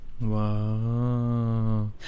Wow